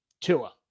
Tua